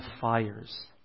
fires